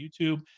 YouTube